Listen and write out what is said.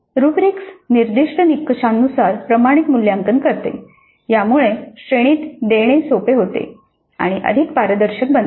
rubrics निर्दिष्ट निकषांनुसार प्रमाणित मूल्यांकन करतात यामुळे श्रेणीत देणे सोपे आणि अधिक पारदर्शक बनते